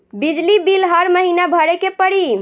बिजली बिल हर महीना भरे के पड़ी?